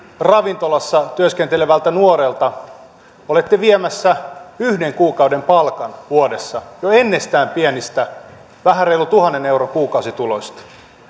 ravintolassa työskentelevältä nuorelta olette viemässä yhden kuukauden palkan vuodessa jo ennestään pienistä vähän reilun tuhannen euron kuukausituloista